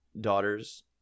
daughters